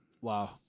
Wow